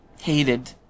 hated